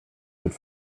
mit